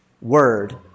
word